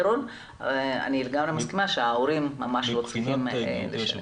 אני לגמרי מסכימה שההורים ממש לא צריכים לשלם.